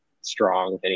strong